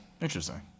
Interesting